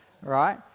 right